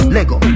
Lego